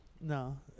No